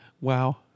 Wow